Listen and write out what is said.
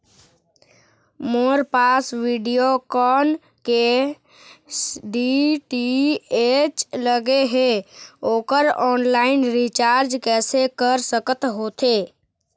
मोर पास वीडियोकॉन के डी.टी.एच लगे हे, ओकर ऑनलाइन रिचार्ज कैसे कर सकत होथे?